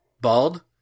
bald